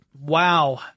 Wow